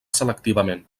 selectivament